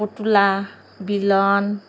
পুতলা বেলুন